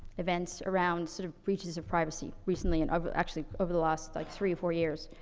events around, sort of, breaches of privacy recently and ov actually, over the last, like, three, four years.